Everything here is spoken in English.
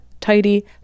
tidy